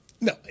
No